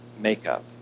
makeup